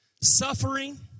suffering